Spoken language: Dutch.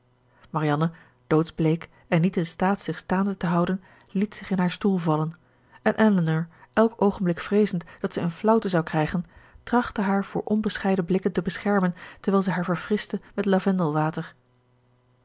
marianne doodsbleek en niet in staat zich staande te houden liet zich in haar stoel vallen en elinor elk oogenblik vreezend dat zij een flauwte zou krijgen trachtte haar voor onbescheiden blikken te beschermen terwijl zij haar verfrischte met